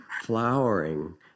flowering